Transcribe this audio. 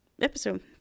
episode